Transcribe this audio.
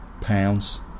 pounds